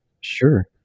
Sure